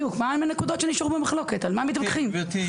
על מה מתווכחים?